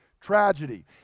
tragedy